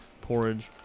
porridge